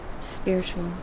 spiritual